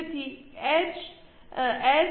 તેથી એસ